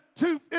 two